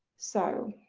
so,